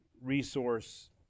resource